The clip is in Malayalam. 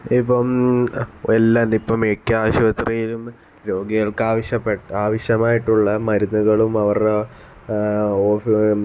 ഇപ്പം എല്ലാ ഇപ്പം മിക്ക ആശുപത്രിയിലും രോഗികള്ക്ക് ആവശ്യപ്പെട്ട ആവശ്യമായിട്ടുള്ള മരുന്നുകളും അവരുടെ ഓഫ്